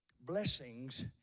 blessings